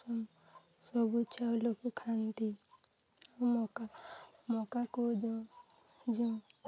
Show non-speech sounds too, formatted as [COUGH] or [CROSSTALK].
ସବୁ ଚାଉଲକୁ ଖାଆନ୍ତି ଆଉ ମକା ମକାକୁ [UNINTELLIGIBLE] ଯେଉଁ